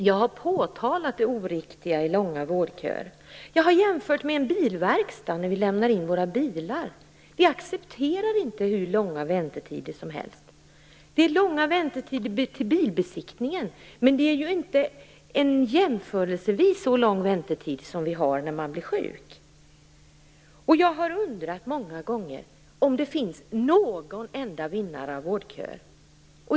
Jag har påtalat det oriktiga i långa vårdköer. Jag har jämfört med en bilverkstad, när vi lämnar in våra bilar. Vi accepterar inte hur långa väntetider som helst. Det är långa väntetider till bilbesiktningen, men det är inte jämförelsevis så långa väntetider som för dem som blir sjuka. Jag har många gånger undrat om det finns någon enda vinnare på vårdköerna.